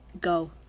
go